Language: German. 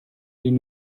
den